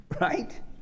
right